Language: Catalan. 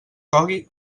cogui